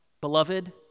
Beloved